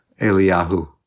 Eliyahu